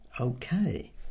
Okay